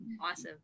awesome